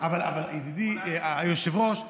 אבל ידידי היושב-ראש,